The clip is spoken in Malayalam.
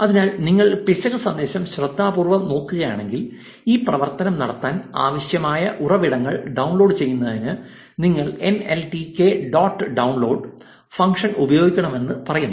അതിനാൽ നിങ്ങൾ പിശക് സന്ദേശം ശ്രദ്ധാപൂർവ്വം നോക്കുകയാണെങ്കിൽ ഈ പ്രവർത്തനം നടത്താൻ ആവശ്യമായ ഉറവിടങ്ങൾ ഡൌൺലോഡ് ചെയ്യുന്നതിന് നിങ്ങൾ എൻഎൽടികെ ഡോട്ട് ഡൌൺലോഡ് ഫംഗ്ഷൻ ഉപയോഗിക്കണമെന്ന് പറയുന്നു